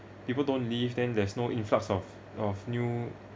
people don't leave then there's no influx of of new